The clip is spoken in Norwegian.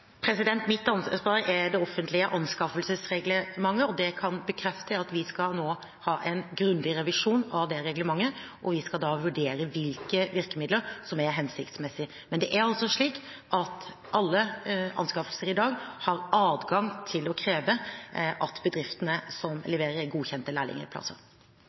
Mitt ansvar er det offentlige anskaffelsesreglementet, og det jeg kan bekrefte, er at vi nå skal ha en grundig revisjon av det reglementet, og vi skal vurdere hvilke virkemidler som er hensiktsmessig. Men det er slik at alle anskaffelser i dag har adgang til å kreve at bedriftene som leverer, har godkjente